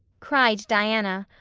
cried diana,